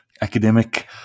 academic